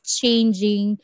changing